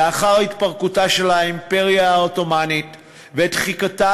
לאחר התפרקותה של האימפריה העות'מאנית ודחיקתה